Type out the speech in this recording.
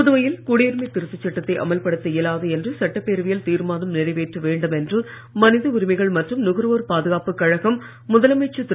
புதுவையில் குடியுரிமை திருத்தச் சட்டத்தை அமல்படுத்த இயலாது என்று சட்டப்பேரவையில் தீர்மானம் நிறைவேற்ற வேண்டும் என்று மனித உரிமைகள் மற்றும் நுகர்வோர் பாதுகாப்பு கழகம் முதலமைச்சர் திரு